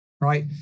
right